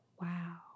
wow